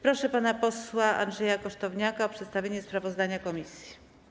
Proszę pana posła Andrzeja Kosztowniaka o przedstawienie sprawozdania komisji.